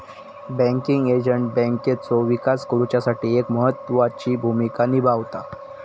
banking agent बँकेचो विकास करुच्यासाठी एक महत्त्वाची भूमिका निभावता